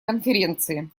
конференции